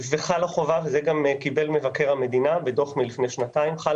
וחלה חובה ואת זה גם קיבל מבקר המדינה בדוח מלפני שנתיים על